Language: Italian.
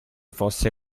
fosse